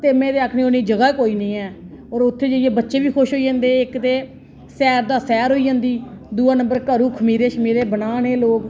ते में ते एह् आक्खनी होन्नी जगह कोई निं ऐ होर उत्थें जाइयै बच्चे बी खुश होई जंदे इक ते सैर दा सैर होई जंदी दुए नंबर घरूं खमीरे शमीरे बनान एह् लोक